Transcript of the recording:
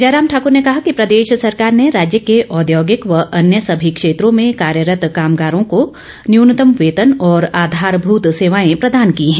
जयराम ठाकूर ने कहा कि प्रदेश सरकार ने राज्य के औद्योगिक व अन्य सभी क्षेत्रों में कार्यरत कामगारों को न्यूनतम वेतन और आधारभूत सेवाएं प्रदान की हैं